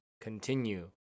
Continue